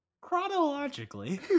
Chronologically